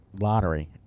lottery